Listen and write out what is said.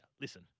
listen